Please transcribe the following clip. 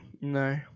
No